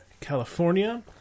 California